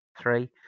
three